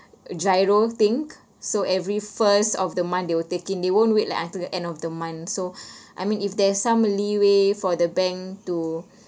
GIRO thing so every first of the month they will taking they won't wait like until the end of the month so I mean if there's some leeway for the bank to